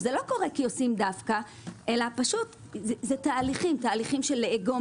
זה לא קורה כי עושים דווקא - זה תהליכים של לאגום